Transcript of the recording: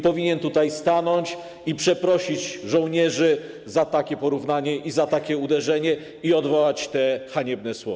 Powinien tutaj stanąć, przeprosić żołnierzy za takie porównanie, za takie uderzenie i odwołać te haniebne słowa.